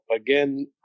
again